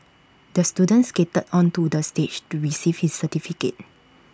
the student skated onto the stage to receive his certificate